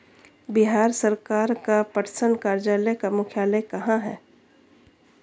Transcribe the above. बिहार सरकार का पटसन कार्यालय का मुख्यालय कहाँ है?